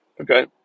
Okay